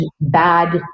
bad